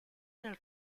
nel